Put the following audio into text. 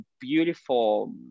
beautiful